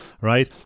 right